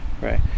right